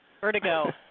Vertigo